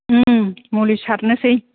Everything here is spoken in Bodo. उम मुलि सारनोसै